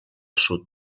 sud